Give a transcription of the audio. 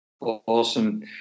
Awesome